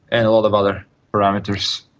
and a lot of other parameters.